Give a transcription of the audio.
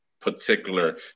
particular